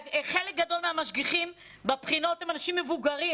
חלק גדול מהמשגיחים בבחינות הם אנשים מבוגרים,